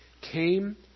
came